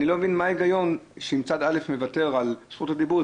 אני לא מבין מה ההיגיון שאם צד א' מוותר על זכות הדיבור,